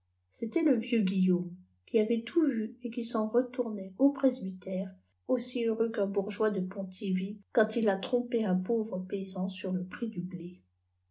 c'était le vieux guillaume qui avait tout vu et qui s'en retournait au presbytère aussi heureux qu'un bourgeois de pontivy quand il a trompé un pauvre paysan sur le prix du bled